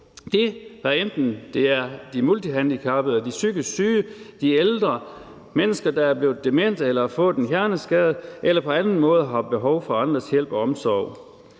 det er de multihandicappede, de psykisk syge, de ældre eller mennesker, der er blevet demente eller har fået en hjerneskade eller på anden måde har behov for andres hjælp og omsorg.